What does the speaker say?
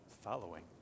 following